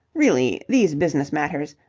really. these business matters.